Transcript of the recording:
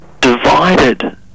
divided